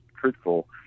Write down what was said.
truthful